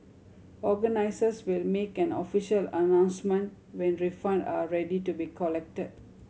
organisers will make an official announcement when refund are ready to be collected